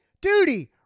duty